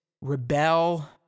rebel